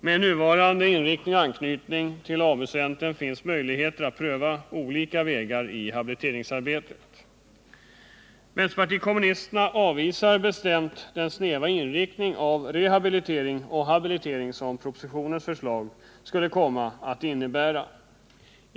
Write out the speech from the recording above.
Med nuvarande inriktning och anknytning till AMU-centren finns möjligheter att pröva olika vägar i Vänsterpartiet kommunisterna avvisar bestämt den snäva inriktning av rehabilitering och habilitering som propositionens förslag skulle komma att innebära.